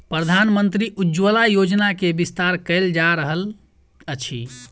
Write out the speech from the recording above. प्रधानमंत्री उज्ज्वला योजना के विस्तार कयल जा रहल अछि